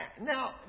Now